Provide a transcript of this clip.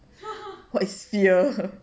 what is fear